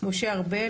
משה ארבל,